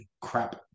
crap